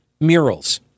murals